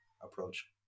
approach